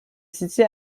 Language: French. situe